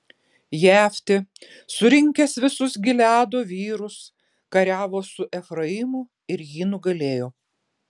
jeftė surinkęs visus gileado vyrus kariavo su efraimu ir jį nugalėjo